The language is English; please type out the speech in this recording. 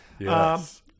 Yes